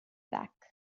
back